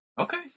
Okay